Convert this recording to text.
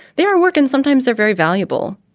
they are working sometimes. they're very valuable.